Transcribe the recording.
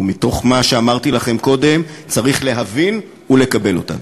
ומתוך מה שאמרתי לכם קודם צריך להבין ולקבל אותן.